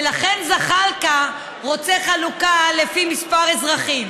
ולכן זחאלקה רוצה חלוקה לפי מספר אזרחים.